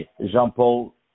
Jean-Paul